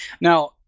Now